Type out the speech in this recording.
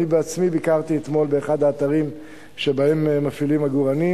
אני בעצמי ביקרתי אתמול באחד האתרים שבהם מפעילים עגורנים,